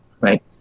right